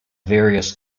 various